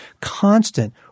constant